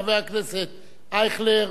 חבר הכנסת אייכלר.